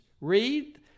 Read